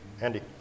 Andy